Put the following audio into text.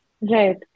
Right